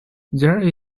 there